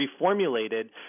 reformulated